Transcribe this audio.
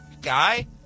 guy